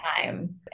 time